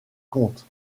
comptes